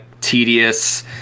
tedious